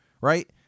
right